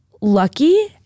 lucky